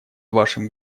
вашим